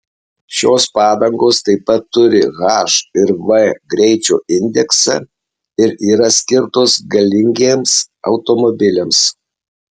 šios padangos taip pat turi h ir v greičio indeksą ir yra skirtos galingiems automobiliams